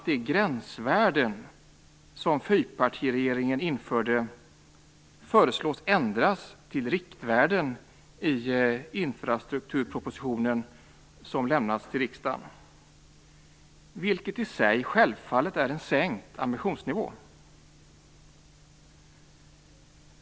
De gränsvärden som fyrpartiregeringen införde föreslås ändras till riktvärden enligt den infrastrukturproposition som har lämnats till riksdagen, vilket i sig självfallet är en sänkt ambitionsnivå.